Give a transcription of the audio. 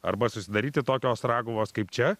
arba susidaryti tokios raguvos kaip čia